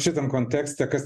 šitam kontekste kas